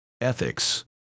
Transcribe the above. ethics